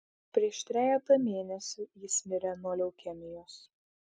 prieš trejetą mėnesių jis mirė nuo leukemijos